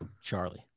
Charlie